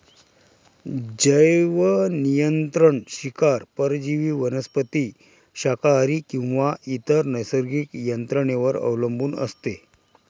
जैवनियंत्रण शिकार परजीवी वनस्पती शाकाहारी किंवा इतर नैसर्गिक यंत्रणेवर अवलंबून असते